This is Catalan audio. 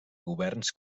governs